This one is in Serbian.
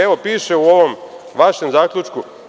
Evo, piše u ovom vašem zaključku.